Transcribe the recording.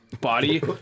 body